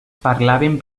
parlaven